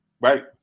Right